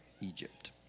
Egypt